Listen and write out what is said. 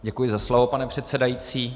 Děkuji za slovo, pane předsedající.